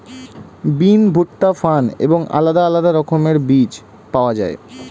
বিন, ভুট্টা, ফার্ন এবং আলাদা আলাদা রকমের বীজ পাওয়া যায়